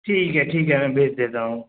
ٹھیک ہے ٹھیک ہے میں بھیج دیتا ہوں